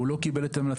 הוא לא קיבל את המלצתם,